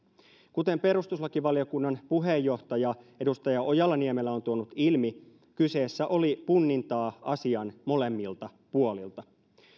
kuten perustuslakivaliokunnan puheenjohtaja edustaja ojala niemelä on tuonut ilmi kyseessä oli punnintaa asian molemmilta puolilta